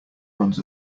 runs